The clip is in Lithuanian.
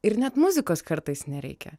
ir net muzikos kartais nereikia